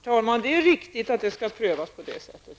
Herr talman! Ja, det är riktigt att det skall prövas på det sättet.